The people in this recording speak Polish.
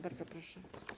Bardzo proszę.